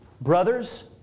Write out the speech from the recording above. Brothers